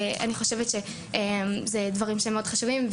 אני חושבת שאלה דברים מאוד חשובים,